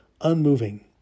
unmoving